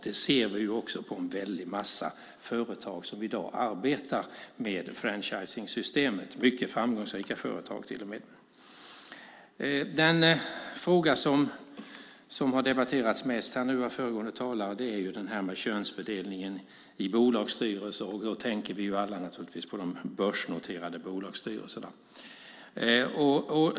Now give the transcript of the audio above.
Det ser vi också på en väldig massa företag som i dag arbetar med franchisingsystemet - mycket framgångsrika företag till och med. Den fråga som har debatterats mest av föregående talare är den om könsfördelningen i bolagsstyrelser, och då tänker vi alla naturligtvis på de börsnoterade bolagens styrelser.